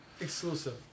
exclusive